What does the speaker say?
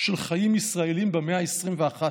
של חיים ישראליים במאה ה-21,